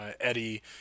Eddie